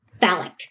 phallic